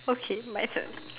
okay my turn